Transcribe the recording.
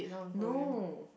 no